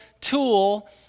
tool